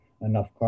enough